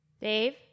Dave